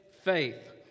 faith